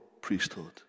priesthood